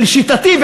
לשיטתי,